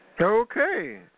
Okay